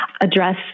address